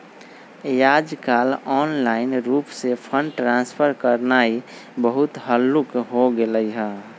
याजकाल ऑनलाइन रूप से फंड ट्रांसफर करनाइ बहुते हल्लुक् हो गेलइ ह